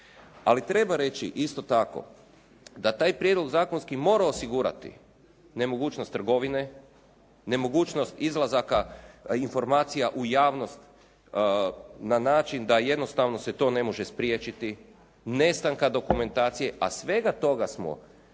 Ali treba reći isto tako da taj prijedlog zakonski mora osigurati nemogućnost trgovine, nemogućnost izlazaka informacija u javnost na način da jednostavno se to ne može spriječiti, nestanka dokumentacije a svega toga smo bili